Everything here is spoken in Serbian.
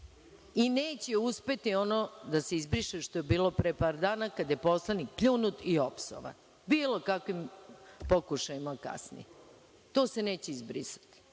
I neće uspeti ono da se izbriše što je bilo pre par dana, kada je poslanik pljunut i opsovan, bilo kakvim pokušajima kasnije. To se neće izbrisati.